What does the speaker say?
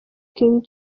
king